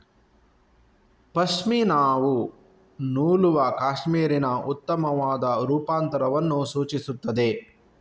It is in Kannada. ಪಶ್ಮಿನಾವು ನೂಲುವ ಕ್ಯಾಶ್ಮೀರಿನ ಉತ್ತಮವಾದ ರೂಪಾಂತರವನ್ನು ಸೂಚಿಸುತ್ತದೆ